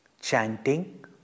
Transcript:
chanting